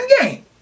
game